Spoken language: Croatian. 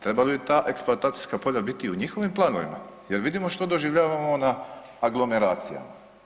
Treba li ta eksploatacijska polja biti i u njihovim planovima jer vidimo što doživljavamo na aglomeraciji.